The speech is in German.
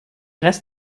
rest